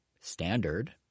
standard